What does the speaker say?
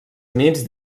units